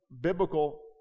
biblical